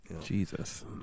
Jesus